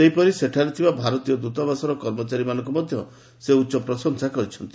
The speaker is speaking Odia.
ସେହିପରି ସେଠାରେ ଥିବା ଭାରତୀୟ ଦୂତାବାସର କର୍ମଚାରୀମାନଙ୍କୁ ପ୍ରଶଂସା କରିଛନ୍ତି